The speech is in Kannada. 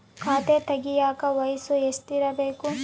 ಖಾತೆ ತೆಗೆಯಕ ವಯಸ್ಸು ಎಷ್ಟಿರಬೇಕು?